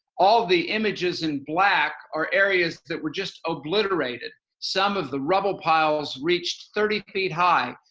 all the images in black are areas that were just obliterated, some of the rubble piles reached thirty feet high,